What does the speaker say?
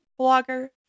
blogger